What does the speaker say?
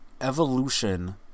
evolution